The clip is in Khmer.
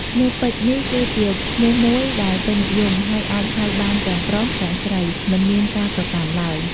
ឈ្មោះពេជ្យនេះគឺជា ឈ្មោះមួយដែលពេញនិយម ហើយអាចហៅបានទាំងប្រុស ទាំងស្រី មិនមានការប្រកាន់ឡើយ។